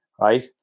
right